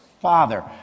Father